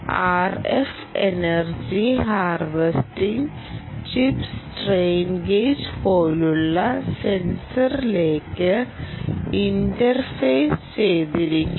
RF energy harvesting chip strain gauge പോലുള്ള സെൻസറിലേക്ക് interface ചെയ്തിരിക്കുന്നു